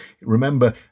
Remember